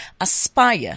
Aspire